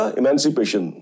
emancipation